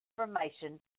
information